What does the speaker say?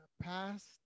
past